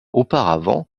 auparavant